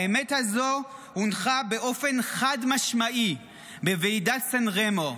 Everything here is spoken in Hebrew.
האמת הזו הונחה באופן חד-משמעי בוועידת סן רמו,